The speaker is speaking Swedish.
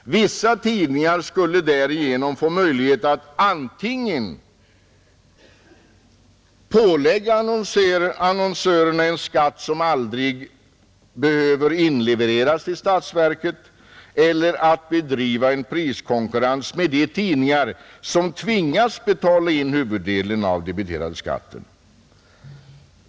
Vissa tidningar skulle därigenom få möjlighet att antingen pålägga annonsörerna en skatt, som aldrig behöver inlevereras till statsverket, eller att bedriva en priskonkurrens med de tidningar som tvingas betala in huvuddelen av den debiterade skatten.